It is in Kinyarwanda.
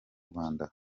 rwanda